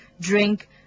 drink